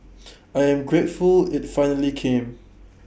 I am grateful IT finally came